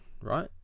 right